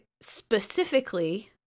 specifically